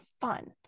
fun